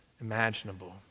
imaginable